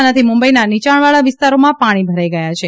આનાથી મુંબઇના નીયાણવાળા વિસ્તારોમાં પાણી ભરાઇ ગયા છે